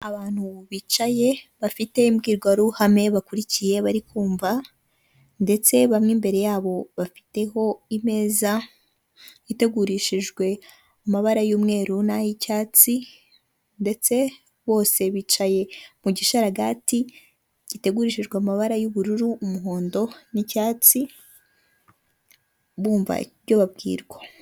Abantu bicaye bafite imbwirwaruhame bakurikiye bari kumva ndetse bamwe imbere yabo bafiteho imeza itegurishijwe amabara y'umweru n'ay'icyatsi, ndetse bose bicaye mu gisharaga gitegurishijwe amabara y'ubururu, umuhondo n'icyatsi bumva ibyo babwirwa.